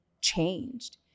changed